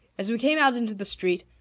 as we came out into the street.